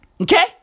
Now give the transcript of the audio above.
Okay